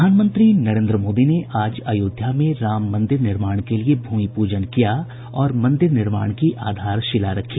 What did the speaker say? प्रधानमंत्री नरेन्द्र मोदी ने आज अयोध्या में राम मन्दिर निर्माण के लिए भूमि पूजन किया और मन्दिर निर्माण की आधारशिला रखी